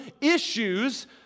issues